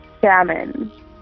salmon